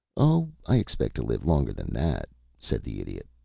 oh, i expect to live longer than that, said the idiot.